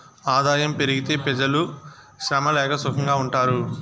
ఆదాయం పెరిగితే పెజలు శ్రమ లేక సుకంగా ఉంటారు